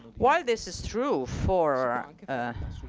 while this is true for